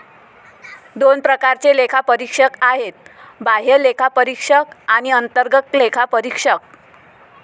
दोन प्रकारचे लेखापरीक्षक आहेत, बाह्य लेखापरीक्षक आणि अंतर्गत लेखापरीक्षक